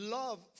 love